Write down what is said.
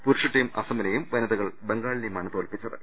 പുരുഷ ടീം അസ്സമിനേയും വനിത കൾ ബംഗാളിനെയുമാണ് തോൽപിച്ചത്